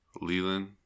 Leland